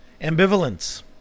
Ambivalence